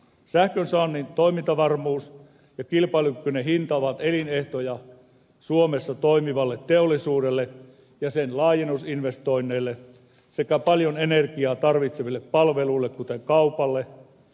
sähkönsaannin toimintavarmuus ja kilpailukykyinen hinta ovat elinehtoja suomessa toimivalle teollisuudelle ja sen laajennusinvestoinneille sekä paljon energiaa tarvitseville palveluille kuten kaupalle